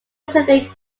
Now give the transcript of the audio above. attended